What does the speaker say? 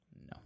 No